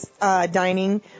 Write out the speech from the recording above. dining